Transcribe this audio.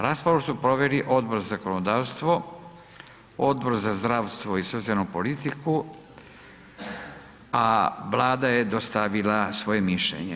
Raspravu su proveli Odbor za zakonodavstvo, Odbor za zdravstvo i socijalnu politiku, a Vlada je dostavila svoje mišljenje.